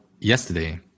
yesterday